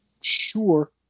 sure